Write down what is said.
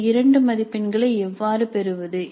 இந்த 2 மதிப்பெண்களை எவ்வாறு பெறுவது